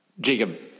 Jacob